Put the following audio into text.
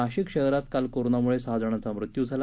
नाशिक शहरात काल कोरोनामुळे सहा जणांचा मृत्यू झाला